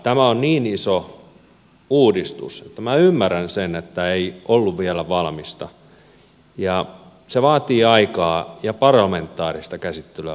tämä on niin iso uudistus että minä ymmärrän sen että ei ollut vielä valmista ja se vaatii aikaa ja parlamentaarista käsittelyä minun mielestäni